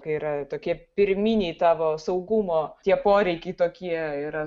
kai yra tokie pirminiai tavo saugumo tie poreikiai tokie yra